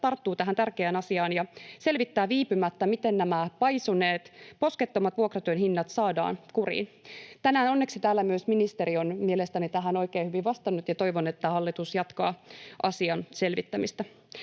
tarttuu tähän tärkeään asiaan ja selvittää viipymättä, miten nämä paisuneet, poskettomat vuokratyön hinnat saadaan kuriin. Tänään onneksi täällä myös ministeri on mielestäni tähän oikein hyvin vastannut, ja toivon, että hallitus jatkaa asian selvittämistä.